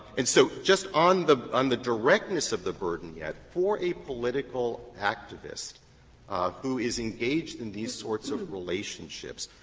and so, just on the on the directness of the burden yet, for a political activist who is engaged in these sorts of relationships,